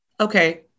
okay